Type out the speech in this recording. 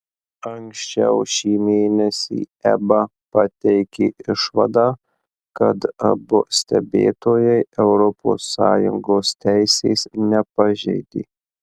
anksčiau šį mėnesį eba pateikė išvadą kad abu stebėtojai europos sąjungos teisės nepažeidė